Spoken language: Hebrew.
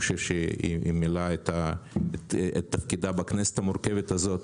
היא מילאה תפקידה בכנסת המורכבת הזאת